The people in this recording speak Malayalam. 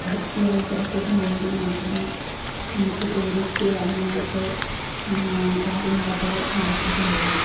വൃത്തിയായി കിടക്കുകയാണെങ്കിൽ മാത്രമേ നമുക്ക് ടൂറിസ്റ്റ് അങ്ങനത്തെ കാര്യങ്ങളൊക്കെ നടക്കുകയുള്ളു